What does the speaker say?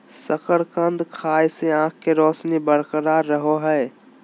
शकरकंद खाय से आंख के रोशनी बरकरार रहो हइ